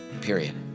period